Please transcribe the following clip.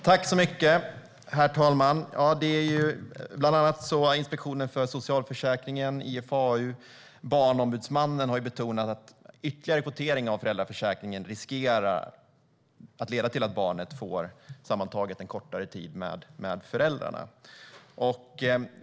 Herr talman! Bland annat Inspektionen för socialförsäkringen, IFAU och Barnombudsmannen har betonat att ytterligare kvotering av föräldraförsäkringen riskerar att leda till att barnet sammantaget får kortare tid med föräldrarna.